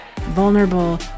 vulnerable